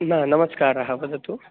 न नमस्कारः वदतु